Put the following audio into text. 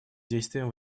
действиям